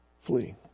Flee